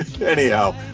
anyhow